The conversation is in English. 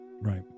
right